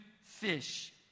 fish